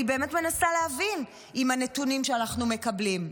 אני באמת מנסה להבין, עם הנתונים שאנחנו מקבלים.